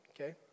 Okay